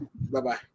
Bye-bye